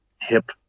hip